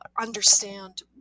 understand